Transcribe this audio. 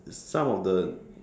some of the